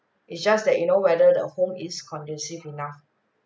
it's just that you know whether the home is conducive enough